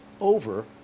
over